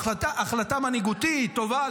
החלטה מנהיגותית טובה,